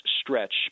stretch